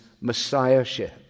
Messiahship